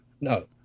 No